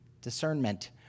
discernment